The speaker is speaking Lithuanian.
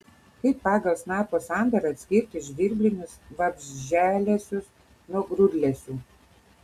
kaip pagal snapo sandarą atskirti žvirblinius vabzdžialesius nuo grūdlesių